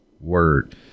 Word